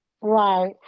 Right